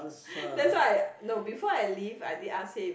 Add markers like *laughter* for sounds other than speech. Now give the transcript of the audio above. *breath* that's why I no before I leave I did ask him